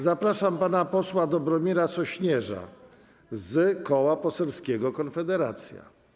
Zapraszam pana posła Dobromira Sośnierza z Koła Poselskiego Konfederacja.